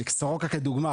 סורוקה כדוגמה,